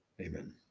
Amen